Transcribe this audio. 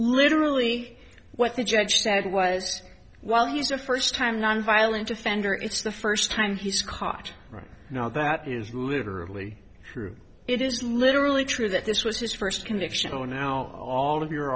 literally what the judge said was while he's a first time nonviolent offender it's the first time he's caught right now that is literally true it is literally true that this was his first conviction oh now all of your